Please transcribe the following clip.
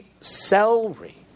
celery